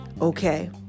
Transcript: okay